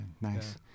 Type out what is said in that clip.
Nice